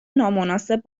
نامناسب